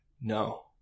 no